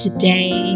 Today